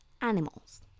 animals